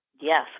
Yes